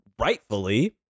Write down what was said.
rightfully